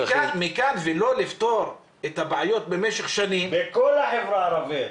-- -מכאן לא לפתור את הבעיות במשך שנים -- בכל החברה הערבית,